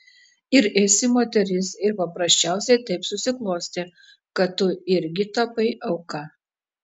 ir esi moteris ir paprasčiausiai taip susiklostė kad tu irgi tapai auka